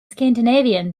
scandinavian